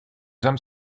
hommes